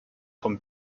vom